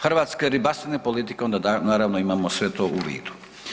Hrvatske ribarstvene politike, onda naravno imamo sve to u vidu.